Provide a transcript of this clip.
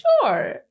Sure